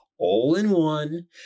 all-in-one